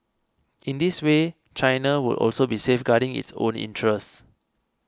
in this way China will also be safeguarding its own interests